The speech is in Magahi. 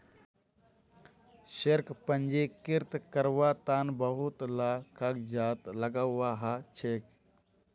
शेयरक पंजीकृत कारवार तन बहुत ला कागजात लगव्वा ह छेक